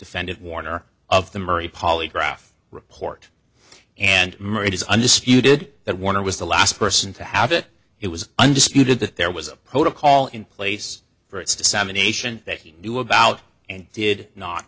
defendant warner of the murray polygraph report and murray's undisputed that warner was the last person to have it it was undisputed that there was a protocol in place for its dissemination that he knew about and did not